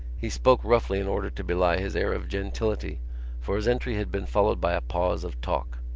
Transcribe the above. he spoke roughly in order to belie his air of gentility for his entry had been followed by a pause of talk.